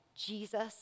Jesus